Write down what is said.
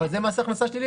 אבל זה מס הכנסה שלילי.